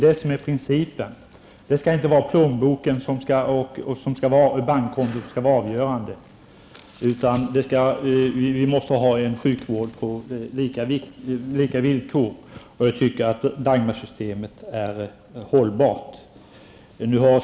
Det skall inte vara plånboken och bankkontot som är avgörande.